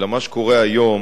אלא מה שקורה היום,